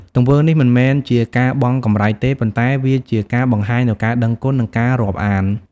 ទង្វើនេះមិនមែនជាការបង់កម្រៃទេ ប៉ុន្តែវាជាការបង្ហាញនូវការដឹងគុណ និងការរាប់អាន។